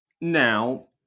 Now